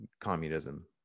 communism